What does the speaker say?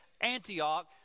Antioch